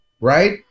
right